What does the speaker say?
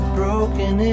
broken